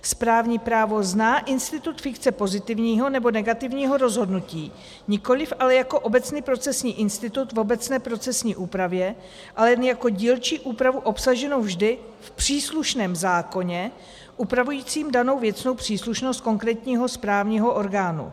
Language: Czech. Správní právo zná institut fikce pozitivního nebo negativního rozhodnutí, nikoliv ale jako obecný procesní institut v obecné procesní úpravě, ale jen jako dílčí úpravu obsaženou vždy v příslušném zákoně upravujícím danou věcnou příslušnost konkrétního správního orgánu.